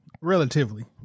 relatively